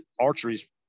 archery's